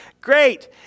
Great